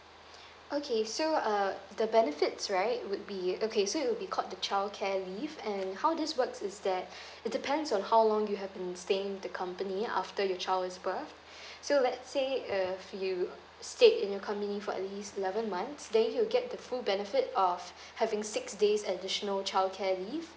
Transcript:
okay so uh the benefits right would be okay so it would be called the childcare leave and how this works is that it depends on how long you have been staying in the company after your child's birth so let's say uh if you stayed in your company for at least eleven months then you get the full benefit of having six days additional childcare leave